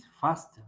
faster